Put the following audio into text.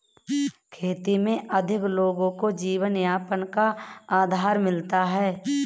खेती में अधिक लोगों को जीवनयापन का आधार मिलता है